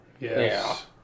Yes